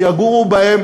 שיגורו בהן